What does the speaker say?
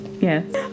Yes